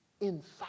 inside